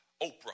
Oprah